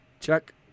Check